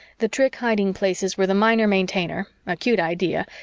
the trick hiding places were the minor maintainer, a cute idea,